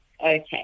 okay